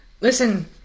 Listen